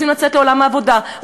רוצים לצאת לעולם העבודה,